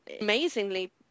amazingly